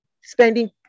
spending